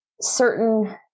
certain